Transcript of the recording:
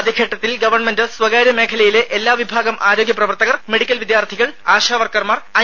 ആദ്യ ഘട്ടത്തിൽ ഗവൺമെന്റ് സ്വകാര്യ മേഖലയിലെ എല്ലാ വിഭാഗം ആരോഗ്യ പ്രവർത്തകർ മെഡിക്കൽ വിദ്യാർത്ഥികൾ ആശ വർക്കർമാർ ഐ